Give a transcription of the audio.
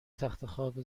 تختخواب